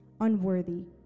unworthy